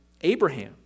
Abraham